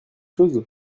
chose